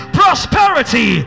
prosperity